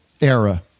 era